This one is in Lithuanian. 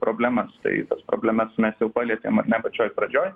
problemas tai tas problemas mes jau palietėm ar ne pačioj pradžioj